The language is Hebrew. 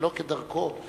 שלא כדרכו,